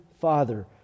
Father